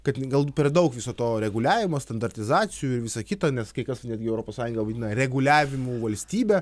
kad galbūt per daug viso to reguliavimo standartizacijų ir visa kita nes kai kas netgi europos sąjungą vadina reguliavimų valstybe